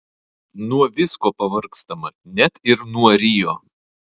nuo visko pavargstama net ir nuo rio